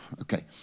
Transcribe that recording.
okay